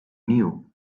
knew